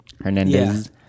Hernandez